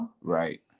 Right